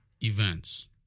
events